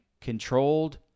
controlled